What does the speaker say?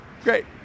great